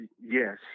yes